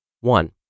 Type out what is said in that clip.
One